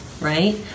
right